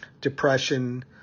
depression